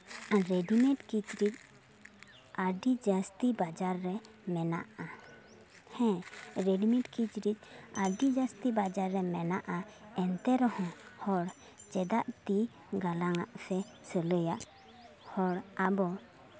ᱟᱨ readymade ᱠᱤᱪᱨᱤᱡ ᱟᱹᱰᱤ ᱡᱟᱹᱥᱛᱤ ᱵᱟᱡᱟᱨ ᱨᱮ ᱢᱮᱱᱟᱜᱼᱟ ᱦᱮᱸ ᱨᱮᱰᱤᱢᱮᱰ ᱠᱤᱪᱨᱤᱡ ᱟᱹᱰᱤ ᱡᱟᱹᱥᱛᱤ ᱵᱟᱡᱟᱨ ᱨᱮ ᱢᱮᱱᱟᱜᱼᱟ ᱮᱱᱛᱮ ᱨᱮᱦᱚᱸ ᱦᱚᱲ ᱪᱮᱫᱟᱜ ᱛᱤ ᱜᱟᱞᱟᱝ ᱟᱜ ᱥᱮ ᱥᱤᱞᱟᱹᱭᱟᱜ ᱦᱚᱲ ᱟᱵᱚ